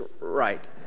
right